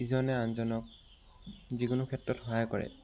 ইজনে আনজনক যিকোনো ক্ষেত্ৰত সহায় কৰে